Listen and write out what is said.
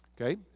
Okay